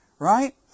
right